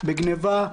גנבה,